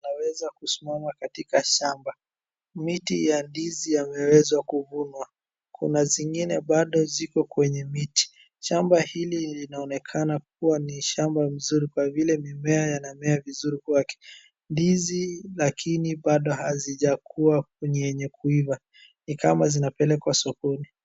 Ameweza kusimama katika shamba, miti ya ndizi yameweza kuvunwa kuna zingine bado ziko kwenye miti, shamba hili linaonekana kuwa ni shamba mzuri kwa vile mimea yanamea vizuri kwake. Ndizi lakini bado hazijakuwa yenye kuiva ni kama zinapelekwa sokoni.